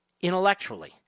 intellectually